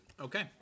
Okay